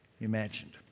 imagined